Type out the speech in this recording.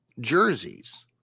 jerseys